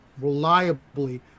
reliably